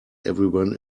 everyone